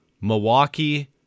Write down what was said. Milwaukee